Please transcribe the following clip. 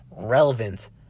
relevant